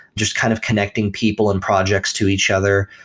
just kind of connecting people and projects to each other.